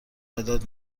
مداد